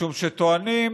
משום שטוענים,